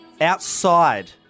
outside